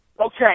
Okay